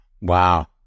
Wow